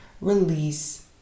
release